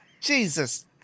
Jesus